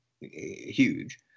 huge